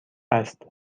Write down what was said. است